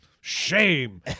Shame